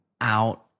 out